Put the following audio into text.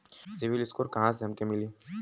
CIBIL score कहाँसे हमके मिली?